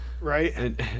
Right